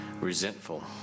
resentful